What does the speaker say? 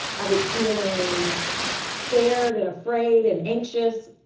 i was feeling scared and afraid and anxious,